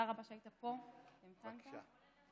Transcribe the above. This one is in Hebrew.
אהיה קצרה, כי גם יש פה לו"ז של אנשים, אבל